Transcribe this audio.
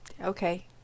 Okay